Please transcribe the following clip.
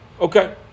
okay